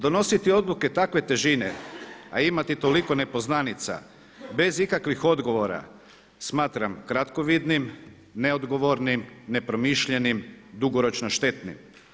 Donositi odluke takve težine, a imati toliko nepoznanica bez ikakvih odgovora smatram kratkovidnim, neodgovornim, nepromišljenim, dugoročno štetnim.